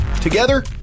Together